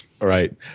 Right